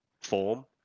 form